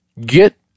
get